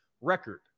record